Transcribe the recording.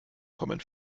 kommen